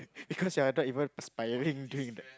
because you're not even perspiring doing that